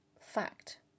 fact